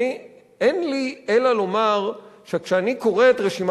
אין לי אלא לומר שכשאני קורא את רשימת